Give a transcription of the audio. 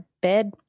bed